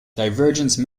divergence